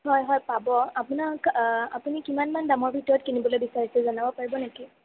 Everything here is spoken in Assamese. হয় হয় পাব আপোনাক আপুনি কিমানমান দামৰ ভিতৰত কিনিবলৈ বিচাৰিছে জনাব পাৰিব নেকি